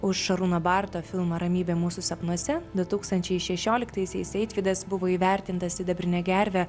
už šarūno barto filmą ramybė mūsų sapnuose du tūkstančiai šešioliktaisiais eitvydas buvo įvertintas sidabrine gerve